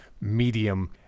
medium